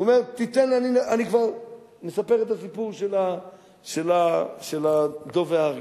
הוא אומר, אני כבר מספר את הסיפור של הדוב והארי.